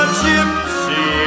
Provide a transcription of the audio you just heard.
gypsy